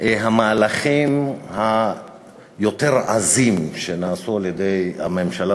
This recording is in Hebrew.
המהלכים היותר-עזים שנעשו על-ידי הממשלה,